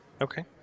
Okay